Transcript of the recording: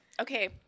Okay